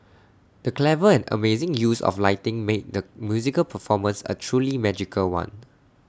the clever and amazing use of lighting made the musical performance A truly magical one